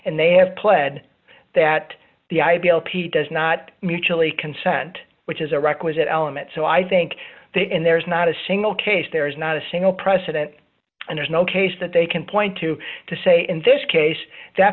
and they have pled that the ideal p does not mutually consent which is a requisite element so i think they and there's not a single case there is not a single precedent and there's no case that they can point to to say in this case that